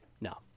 no